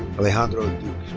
alejandro duque.